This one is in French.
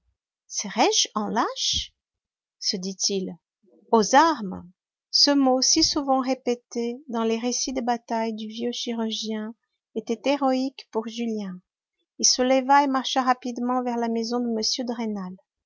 serais-je un lâche se dit-il aux armes ce mot si souvent répété dans les récits de batailles du vieux chirurgien était héroïque pour julien il se leva et marcha rapidement vers la maison de